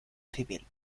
civil